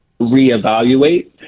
reevaluate